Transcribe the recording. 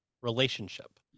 relationship